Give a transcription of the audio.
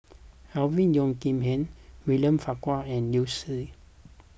Alvin Yeo Khirn Hai William Farquhar and Liu Si